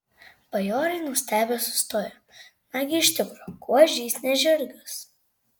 bajorai nustebę sustojo nagi iš tikro kuo ožys ne žirgas